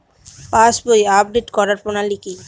পাসবই update করার প্রণালী কি?